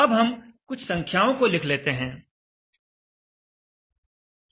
अब हम कुछ संख्याओं की और देखेंगे